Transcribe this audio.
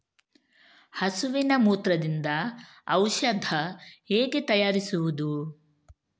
ಹಸುವಿನ ಮೂತ್ರದಿಂದ ಔಷಧ ಹೇಗೆ ತಯಾರಿಸುವುದು?